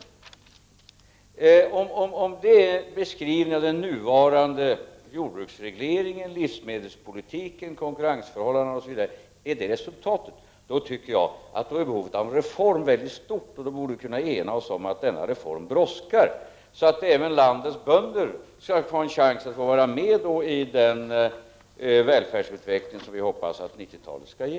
Om detta är en beskrivning av resultatet av den nuvarande jordbruksregleringen, livsmedelspolitiken, konkurrensförhållandena osv. tycker jag att behovet av en reform är mycket stort. Vi borde då kunna enas om att denna reform brådskar så att även landets bönder skall kunna få en chans att vara med i den välfärdsutveckling som vi hoppas att 90-talet skall ge.